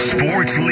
Sports